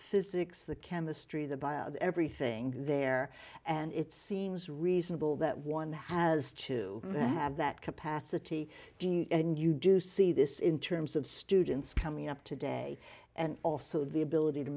physics the chemistry the bio everything there and it seems reasonable that one has to have that capacity and you do see this in terms of students coming up today and also the ability to